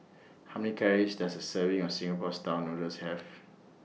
How Many Calories Does A Serving of Singapore Style Noodles Have